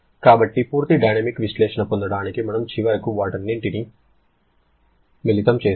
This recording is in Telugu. కాబట్టి పూర్తి థర్మోడైనమిక్ విశ్లేషణ పొందడానికి మనము చివరకు వాటన్నింటినీ మిళితం చేస్తాము